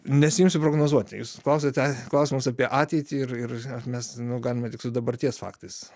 nesiimsiu prognozuoti jūs klausiate klausimus apie ateitį ir ir mes galime tik su dabarties faktais